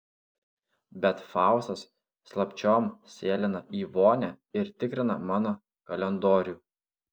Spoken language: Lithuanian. bet faustas slapčiom sėlina į vonią ir tikrina mano kalendorių